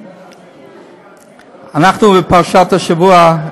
אנחנו בפרשת השבוע.